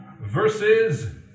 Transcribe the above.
versus